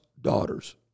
daughters